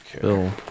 bill